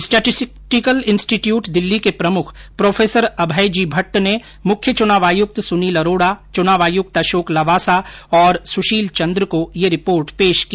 statistical institute Delhi के प्रमुख prof Abhay ji Bhatt ने मुख्य चुनाव आयुक्त सुनील अरोड़ा चुनाव आयुक्त अशोक लवासा और सुशील चंद्र को ये रिपोर्ट पेश की